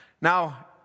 Now